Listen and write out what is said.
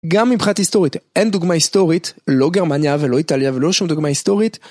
גם מבחינת היסטורית, אין דוגמה היסטורית, לא גרמניה ולא איטליה ולא שום דוגמה היסטורית.